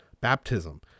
baptism